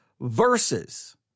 verses